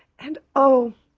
and oh,